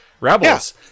Rebels